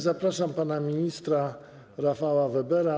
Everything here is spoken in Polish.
Zapraszam pana ministra Rafała Webera.